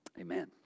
Amen